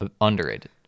underrated